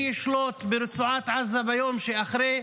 מי ישלוט ברצועת עזה ביום שאחרי,